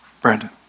Brandon